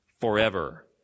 forever